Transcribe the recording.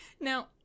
Now